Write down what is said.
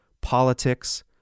politics